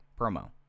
promo